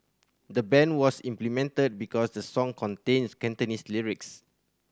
the ban was implemented because the song contains Cantonese lyrics